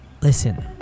listen